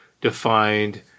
defined